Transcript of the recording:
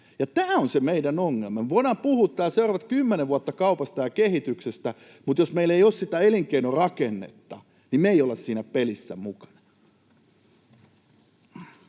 tämä on se meidän ongelma. Me voidaan puhua täällä seuraavat kymmenen vuotta kaupasta ja kehityksestä, mutta jos meillä ei ole sitä elinkeinorakennetta, niin me ei olla siinä pelissä mukana.